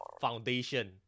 foundation